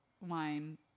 wine